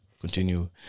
Continue